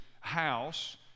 house